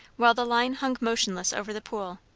while the line hung motionless over the pool,